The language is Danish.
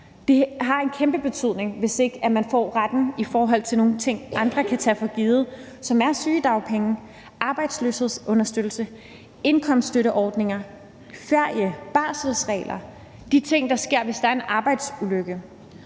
Det har en kæmpe betydning, hvis ikke man får retten til nogle ting, andre kan tage for givet, som er sygedagpenge, arbejdsløshedsunderstøttelse, indkomststøtteordninger, ferie, barselsregler og de ting, der sker, hvis der er en arbejdsulykke.